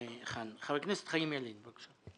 חבר הכנסת חיים ילין, בבקשה.